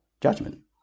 judgment